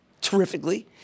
terrifically